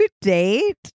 date